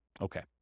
Okay